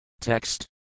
Text